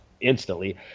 instantly